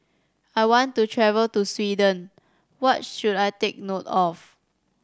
I want to travel to Sweden what should I take note of